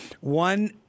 one